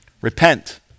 Repent